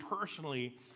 personally